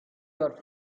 are